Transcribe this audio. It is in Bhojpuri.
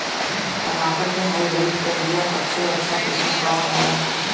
टमाटर के हाइब्रिड क बीया सबसे अच्छा किस्म कवन होला?